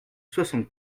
soixante